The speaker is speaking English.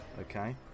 Okay